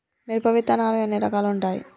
మిరప విత్తనాలు ఎన్ని రకాలు ఉంటాయి?